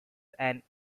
and